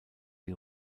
die